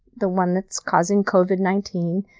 the one that's causing covid nineteen.